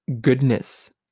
goodness